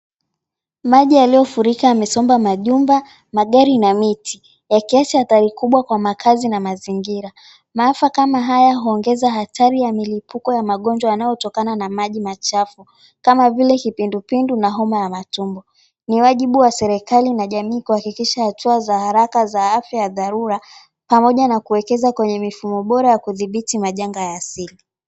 Maji yaliyofurika yamesomba majumba, magari na miti yakiacha athari kubwa kwa makazi na mazingira. Maafa kama haya huongeza hatari ya milipuko ya magonjwa yanayotokana na maji machafu kama vile kipindupindu na homa ya matumbo. Ni wajibu wa serikali na jamii kuhakikisha hatua za haraka za afya ya dharura pamoja na kuwekeza kwenye mifumo bora ya kudhibiti majanga ya asili.